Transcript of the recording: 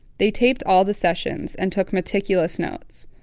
they taped all the sessions, and took meticulous notes.